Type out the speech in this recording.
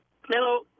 Hello